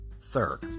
third